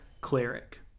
cleric